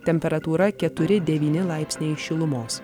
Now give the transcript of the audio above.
temperatūra keturi devyni laipsniai šilumos